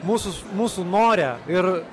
mūsų mūsų nore ir